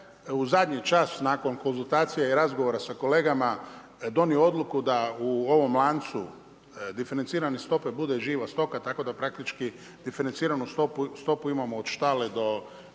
u zadnji čas nakon konzultacija i razgovora sa kolegama donio odluku da u ovom lancu diferencirane stope bude živa stoka tako da praktički diferenciranu stopu imamo od štale do